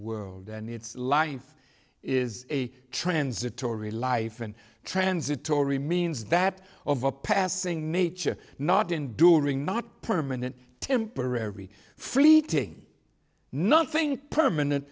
world and its life is a transitory life and transitory means that of a passing nature not enduring not permanent temporary freak thing nothing permanent